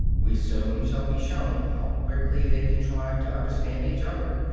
we soon shall be shown how quickly they contrive to understand each other,